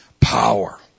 power